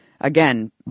Again